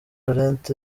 laurent